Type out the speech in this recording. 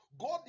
God